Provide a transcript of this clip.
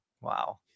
wow